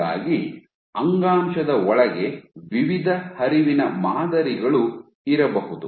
ಹೀಗಾಗಿ ಅಂಗಾಂಶದ ಒಳಗೆ ವಿವಿಧ ಹರಿವಿನ ಮಾದರಿಗಳು ಇರಬಹುದು